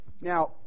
Now